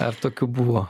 ar tokių buvo